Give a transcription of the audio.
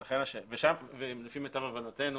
לפי מיטב הבנתנו